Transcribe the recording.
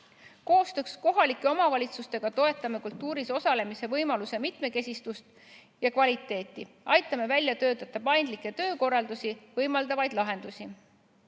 Koostöös kohalike omavalitsustega toetame kultuuris osalemise võimaluse mitmekesisust ja kvaliteeti ning aitame välja töötada paindlikke töökorraldusi võimaldavaid lahendusi.